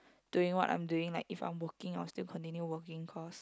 doing what I'm doing like if I'm working I'll still continue working cause